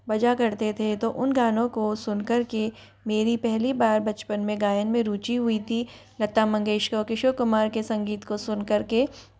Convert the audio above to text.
बजा करते थे तो उन गानों को सुनकर के मेरी पहली बार बचपन में गायन में रुचि हुई थी लता मंगेशकर किशोर कुमार के संगीत को सुनकर के